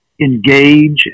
engage